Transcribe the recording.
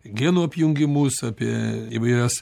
genų apjungimus apie įvairias